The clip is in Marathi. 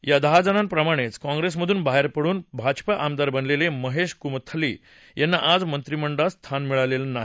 या दहाजणांप्रमाणेच काँप्रिसमधून बाहरे पडून भाजपा आमदार बनलेले महेश कुमथल्ली यांना मात्र मंत्रीमंडळात स्थान मिळालेलं नाही